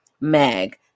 Mag